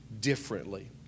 differently